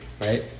Right